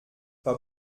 pas